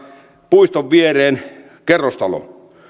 puiston viereen kerrostalo